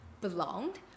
belonged